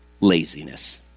laziness